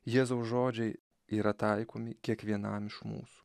jėzaus žodžiai yra taikomi kiekvienam iš mūsų